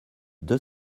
deux